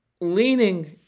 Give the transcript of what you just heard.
leaning